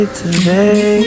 today